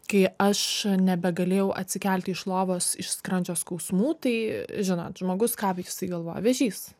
kai aš nebegalėjau atsikelti iš lovos iš skrandžio skausmų tai žinot žmogus ką jisai galvoja vėžys